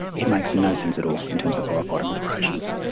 it makes no sense at all in terms of firefighting operations.